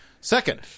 Second